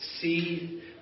See